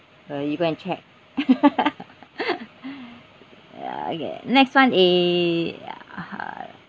uh you go and check ya okay next one is uh